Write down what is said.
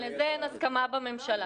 וגם לזה אין הסכמה בממשלה.